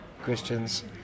Christians